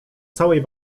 całej